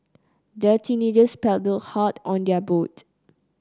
the teenagers paddled hard on their boat